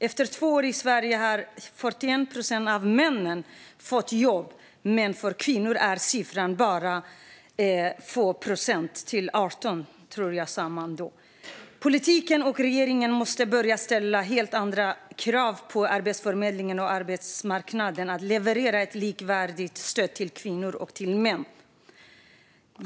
Efter två år i Sverige har 41 procent av männen fått jobb. Men för kvinnor är siffran bara 18 procent. Politiken och regeringen måste börja ställa helt andra krav på Arbetsförmedlingen och arbetsmarknaden att leverera ett likvärdigt stöd till kvinnor och till män.